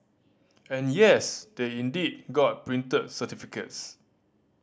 and yes they indeed got printed certificates